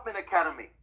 academy